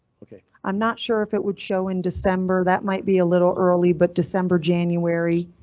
ok, i'm not sure if it would show in december. that might be a little early, but december january.